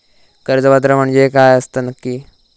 कर्ज पात्र म्हणजे काय असता नक्की?